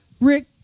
Rick